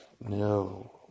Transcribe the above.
No